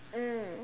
mm